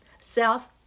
south